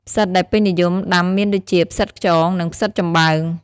ផ្សិតដែលពេញនិយមដាំមានដូចជា ផ្សិតខ្យង និង ផ្សិតចំបើង។